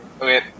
Okay